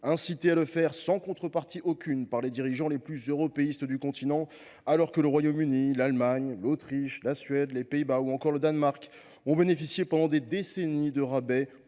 incitée à le faire sans contrepartie aucune par les dirigeants les plus européistes du continent, alors que le Royaume Uni, l’Allemagne, l’Autriche, la Suède, les Pays Bas ou encore le Danemark ont bénéficié pendant des décennies d’un rabais